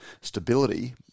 stability